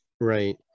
Right